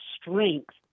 strength